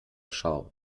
schau